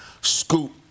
Scoop